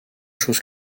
chose